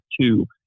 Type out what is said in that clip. two